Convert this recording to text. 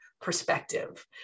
perspective